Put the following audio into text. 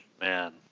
Man